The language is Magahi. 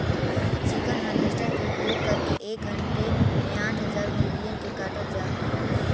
चिकन हार्वेस्टर के उपयोग करके एक घण्टे में आठ हजार मुर्गिअन के काटल जा हई